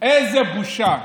איזו בושה.